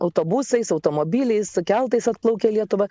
autobusais automobiliais keltais atplaukė į lietuvą